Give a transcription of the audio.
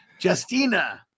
justina